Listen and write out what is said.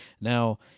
Now